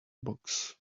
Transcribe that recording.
box